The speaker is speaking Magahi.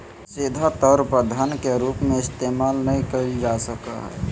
सीधा तौर पर धन के रूप में इस्तेमाल नय कइल जा सको हइ